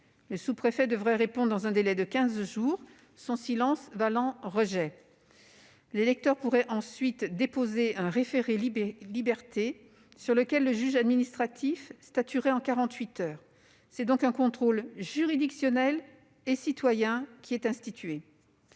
Le sous-préfet devra alors répondre dans un délai de quinze jours, son silence valant rejet. Le cas échéant, l'électeur pourra ensuite déposer un référé-liberté, sur lequel le juge administratif statuera en quarante-huit heures. C'est donc un contrôle juridictionnel et citoyen qui est institué.